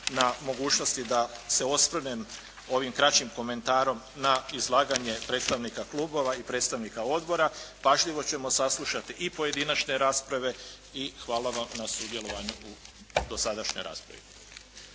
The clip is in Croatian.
na mogućnosti da se osvrnem ovim kraćim komentarom na izlaganje predstavnika klubova i predstavnika odbora. Pažljivo ćemo saslušati i pojedinačne rasprave i hvala vam na sudjelovanju u dosadašnjoj raspravi.